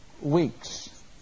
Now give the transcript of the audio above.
weeks